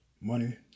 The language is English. money